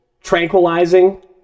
tranquilizing